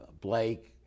Blake